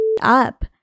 up